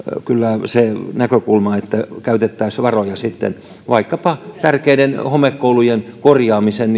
kyllä se näkökulma että käytettäisiin varoja sitten vaikkapa tärkeiden homekoulujen korjaamiseen